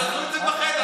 תעשו את זה בחדר,